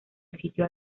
sitio